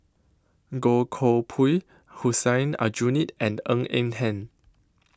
Goh Koh Pui Hussein Aljunied and Ng Eng Hen